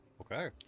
Okay